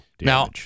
Now